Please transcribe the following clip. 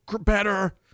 better